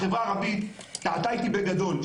החברה הערבית טעתה איתי בגדול.